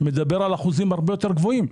מדבר על אחוזים הרבה יותר גבוהים.